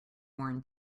worn